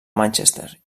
manchester